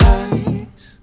eyes